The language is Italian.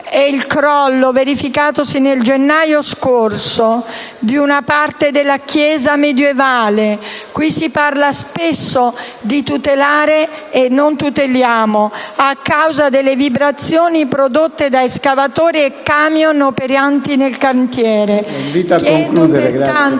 e il crollo, verificatosi nel gennaio scorso, di una parte della chiesa medievale (qui si parla spesso di tutelare e non tuteliamo) a causa delle vibrazioni prodotte da escavatori e camion operanti nel cantiere. PRESIDENTE.